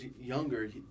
younger